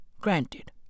granted